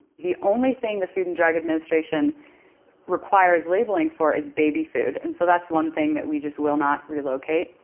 the only thing the food and drug administration requires labeling for is baby food. and so that's one thing that we just will not relocate.